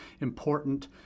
important